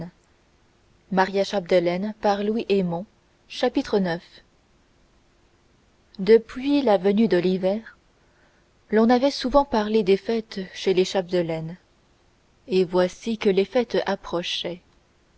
d'abord chapitre ix depuis la venue de l'hiver l'on avait souvent parlé des fêtes chez les chapdelaine et voici que les fêtes approchaient